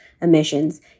emissions